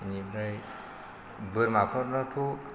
बेनिफ्राय बोरमाफोरनाथ'